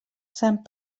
sant